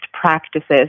practices